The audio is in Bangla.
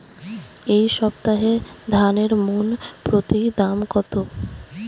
এই সপ্তাহে ধানের মন প্রতি দাম কত?